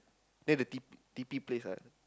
then D D P place right